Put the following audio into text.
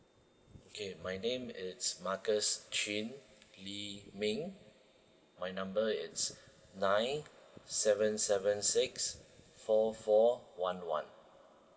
okay my name is marcus chin lee ming my number is nine seven seven six four four one one